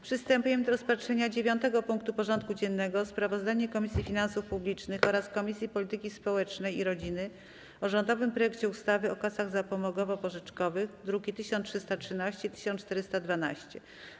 Przystępujemy do rozpatrzenia punktu 9. porządku dziennego: Sprawozdanie Komisji Finansów Publicznych oraz Komisji Polityki Społecznej i Rodziny o rządowym projekcie ustawy o kasach zapomogowo-pożyczkowych (druki nr 1313 i 1412)